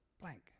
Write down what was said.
blank